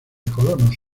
colonos